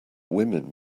women